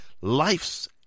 Life's